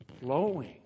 flowing